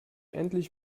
endlich